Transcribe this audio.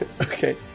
Okay